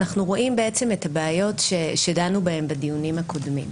אנחנו רואים את הבעיות שדנו בהן בדיונים הקודמים.